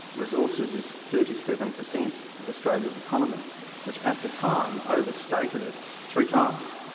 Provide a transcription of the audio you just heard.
resources is thirty seven percent of australia's economy which at the time overstated it three times.